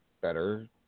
better